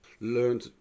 learned